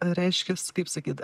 reiškias kaip sakyt